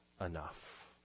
enough